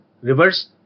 reverse